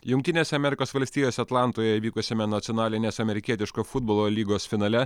jungtinėse amerikos valstijose atlantoje vykusiame nacionalinės amerikietiškojo futbolo lygos finale